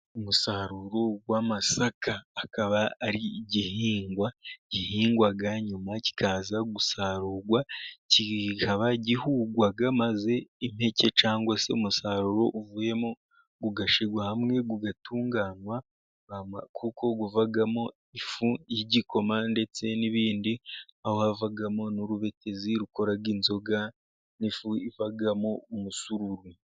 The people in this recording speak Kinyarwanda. Umusaruro w'amasaka, akaba ari igihingwa gihingwa, nyuma kikaza gusarurwa, kikaba gihingwa maze impeke cyangwa se umusaruro uvuyemo ugashyirwa hamwe, ugatunganywa kuko uvamo ifu y'igikoma, ndetse n'ibindi, aho havamo n'urubetezi rukora inzoga n'ifu ivamo umusururu.